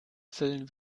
füllen